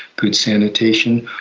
good sanitation,